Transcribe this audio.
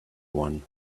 one